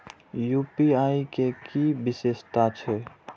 UPI के कि विषेशता छै?